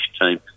team